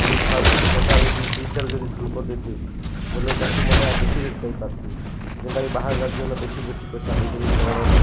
ଯଦି ସରକାର୍ ଯଦି ଯଦି ଧାନ୍ କରିଥିତେ ବେଲେ ଚାଷୀମନେ ଆର୍ ବେଶୀ ରେଟ୍ ପାଇପାର୍ତେ ଯେନ୍ତା କି ବାହାର୍ ରାଜ୍ୟନେ ବେଶୀ ବେଶୀ ପଏସା ଦେଇକରି ସେମାନେ